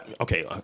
okay